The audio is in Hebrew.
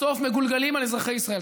בסוף הם מגולגלים על אזרחי ישראל.